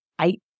eight